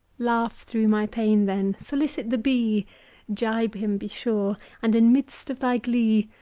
laugh through my pane, then solicit the bee gibe him, be sure and, in midst of thy glee,